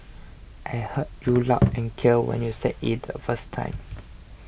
I heard you loud and clear when you said it the first time